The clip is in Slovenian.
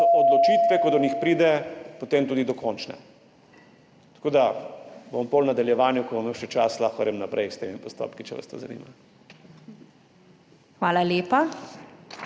so odločitve, ko do njih pride, potem tudi dokončne. Tako da potem v nadaljevanju, ko bo imel še čas, lahko grem naprej s temi postopki, če vas to zanima. PREDSEDNICA